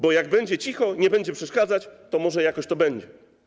Bo jak będzie cicho, nie będzie przeszkadzać, to może jakoś to będzie.